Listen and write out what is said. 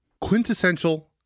quintessential